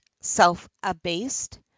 self-abased